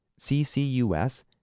ccus